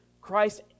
Christ